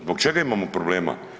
Zbog čega imamo problema?